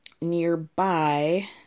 nearby